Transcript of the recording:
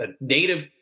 native